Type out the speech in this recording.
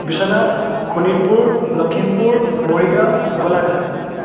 Biswanath Sonitpur Lakhimpur Morigaon Golaghat